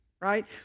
right